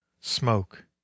Smoke